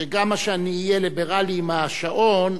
שכמה שאני אהיה ליברלי עם השעון,